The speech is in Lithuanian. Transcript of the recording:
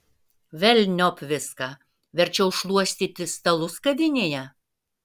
velniop viską verčiau šluostyti stalus kavinėje